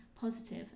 positive